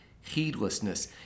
heedlessness